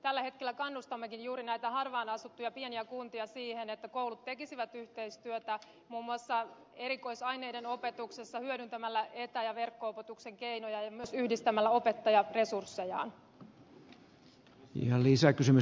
tällä hetkellä kannustammekin juuri näitä harvaanasuttuja pieniä kuntia siihen että koulut tekisivät yhteistyötä muun muassa erikoisaineiden opetuksessa hyödyntämällä etä ja verkko opetuksen keinoja ja myös yhdistämällä opettajaresurssejaan